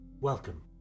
Welcome